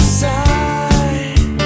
side